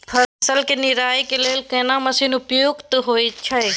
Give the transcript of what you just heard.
फसल के निराई के लेल केना मसीन उपयुक्त होयत छै?